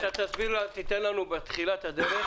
תן לנו בתחילת הדרך